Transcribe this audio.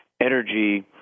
energy